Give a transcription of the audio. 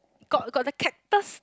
got got the cactus